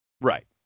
Right